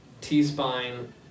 T-spine